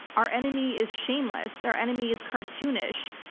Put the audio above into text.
our enemy is shameless. our enemy is cartoonish.